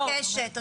מבקשת.